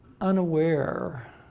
unaware